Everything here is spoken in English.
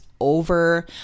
Over